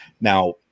Now